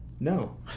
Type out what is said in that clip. No